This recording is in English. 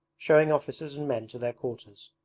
showing officers and men to their quarters.